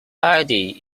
heidi